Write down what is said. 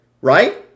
Right